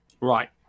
Right